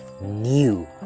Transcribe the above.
new